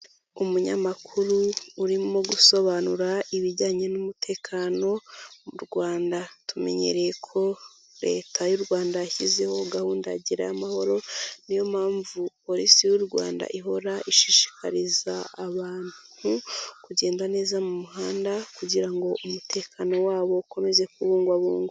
Umunyamakuru urimo gusobanura ibijyanye n'umutekano mu Rwanda tumenyereye ko Leta y'u Rwanda yashyizeho gahunda ya gerayo amahoro niyo mpamvu polisi y'u Rwanda ihora ishishikariza abantu kugenda neza mu muhanda kugira ngo umutekano wabo ukomeze kubungwabungwa.